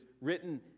written